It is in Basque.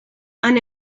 han